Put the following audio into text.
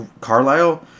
Carlisle